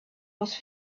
was